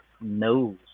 knows